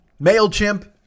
MailChimp